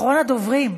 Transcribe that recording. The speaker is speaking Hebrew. אחרון הדוברים,